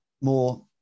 more